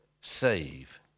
save